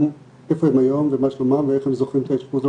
איפה הם היום ומה שלומם ואיך הם זוכרים את האשפוז,